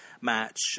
match